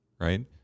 right